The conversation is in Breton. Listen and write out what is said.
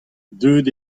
deuet